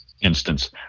instance